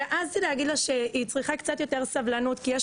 שאז להגיד לה שהיא צריכה קצת יותר סבלנות כי יש